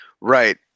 right